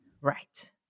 Right